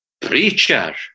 Preacher